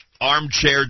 armchair